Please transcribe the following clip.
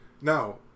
now